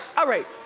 all right.